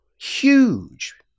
huge